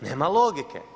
Nema logike.